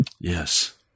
Yes